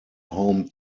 home